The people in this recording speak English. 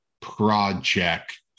project